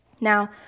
Now